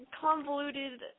convoluted